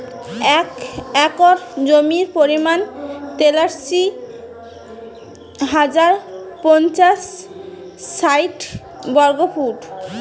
এক একর জমির পরিমাণ তেতাল্লিশ হাজার পাঁচশ ষাইট বর্গফুট